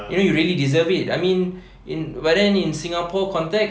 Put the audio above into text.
you know you really deserve it I mean in but then in singapore context